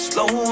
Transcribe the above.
Slow